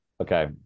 okay